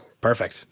Perfect